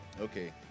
Okay